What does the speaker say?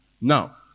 now